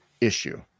issue